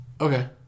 Okay